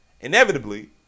inevitably